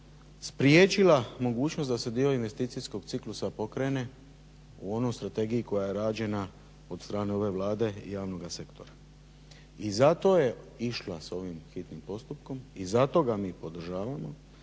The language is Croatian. spriječila mogućnost da se dio investicijskog ciklusa pokrene u onoj strategiji koja je rađena od strane ove Vlade i javnoga sektora. I zato je išla s ovim hitnim postupkom i zato ga mi podržavamo